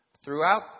Throughout